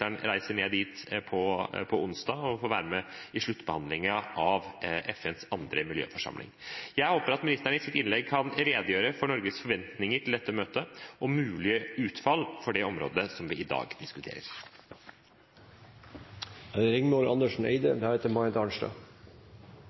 reiser ned dit på onsdag og får være med i sluttbehandlingen av FNs andre miljøforsamling. Jeg håper at ministeren i sitt innlegg kan redegjøre for Norges forventninger til dette møtet og mulige utfall for det området som vi i dag diskuterer. Da jeg var ung jente, og det